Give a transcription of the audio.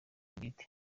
bwite